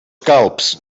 calbs